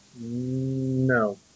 No